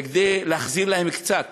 כדי להחזיר להם קצת